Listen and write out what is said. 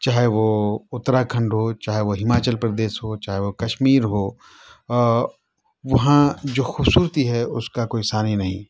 چاہے وہ اتراکھنڈ ہو چاہے وہ ہماچل پردیس ہو چاہے وہ کشمیر ہو وہاں جو خوبصورتی ہے اس کا کوئی ثانی نہیں